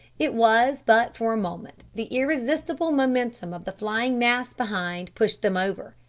it was but for a moment. the irresistible momentum of the flying mass behind pushed them over.